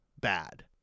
bad